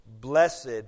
blessed